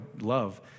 love